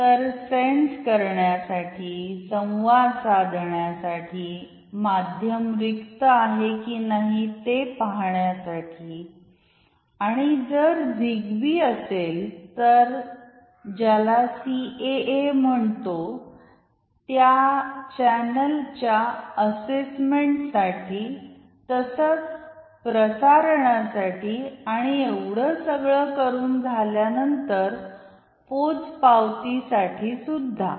तर सेन्स करण्यासाठी संवाद साधण्यासाठी माध्यम रिक्त आहे की नाही ते पहाण्यासाठी आणि जर झिग्बी असेल तर ज्याला सीएए म्हणतो त्या चॅनलच्या असेसमेंट साठी तसंच प्रसारणासाठी आणि एवढं सगळं करुन झाल्यानंतर पोचपावती साठी सुद्धा